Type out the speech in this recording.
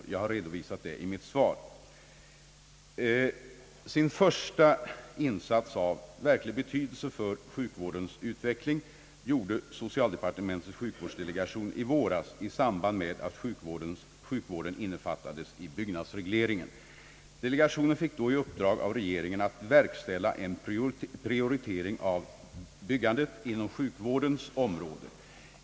Detta finns redovisat i mitt svar. Sin första insats av verklig betydelse för sjukvårdens utveckling gjorde socialdepartementets sjukvårdsdelegation i våras i samband med att sjukvårdsinrättningar innefattades i byggnadsregleringen. Delegationen fick då i uppdrag av regeringen att verkställa en prioritering av byggandet inom sjukvårdens område.